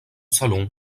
salon